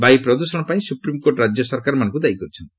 ବାୟୁ ପ୍ରଦୂଷଣ ପାଇଁ ସୁପ୍ରିମକୋର୍ଟ ରାଜ୍ୟ ସରକାରମାନଙ୍କୁ ଦାୟୀ କରିଛନ୍ତି